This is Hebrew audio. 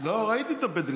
ראיתי את הפתק,